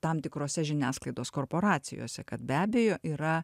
tam tikrose žiniasklaidos korporacijose kad be abejo yra